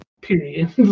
period